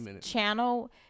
channel